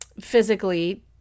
physically